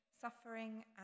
suffering